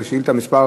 זו שאילתה מס'